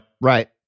Right